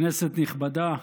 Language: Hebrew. כנסת נכבדה,